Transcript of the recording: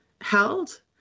held